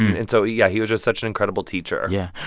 and so, yeah, he was just such an incredible teacher yeah.